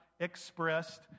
expressed